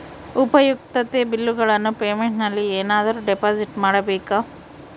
ಉಪಯುಕ್ತತೆ ಬಿಲ್ಲುಗಳ ಪೇಮೆಂಟ್ ನಲ್ಲಿ ಏನಾದರೂ ಡಿಪಾಸಿಟ್ ಮಾಡಬೇಕಾ?